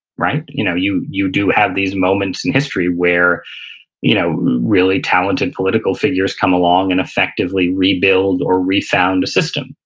you know you you do have these moments in history where you know really talented political figures come along and effectively rebuild or re-found the system.